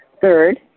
Third